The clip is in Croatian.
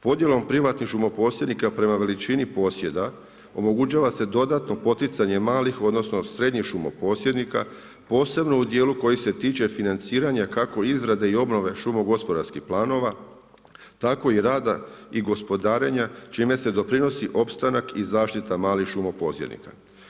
Podjelom privatnih šumoposjednika prema veličini posjeda omogućava se dodatno poticanje malih, odnosno srednjih šumoposjednika posebno u dijelu koji se tiče financiranja kako izrade i obnove šumo-gospodarskih planova, tako i rada i gospodarenja, čime se doprinosi opstanak i zaštita malih šumo-posjednika.